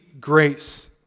grace